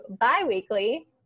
bi-weekly